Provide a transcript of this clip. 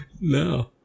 No